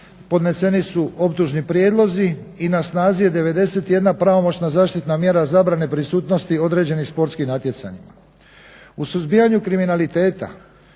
podneseni su optužni prijedlozi i na snazi je 91 pravomoćna zaštitna mjera zabrane prisutnosti određenim sportskim natjecanjima. U suzbijanju kriminaliteta